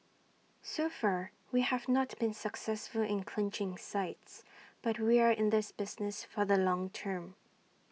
so far we have not been successful in clinching sites but we are in this business for the long term